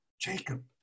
Jacob